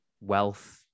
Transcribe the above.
wealth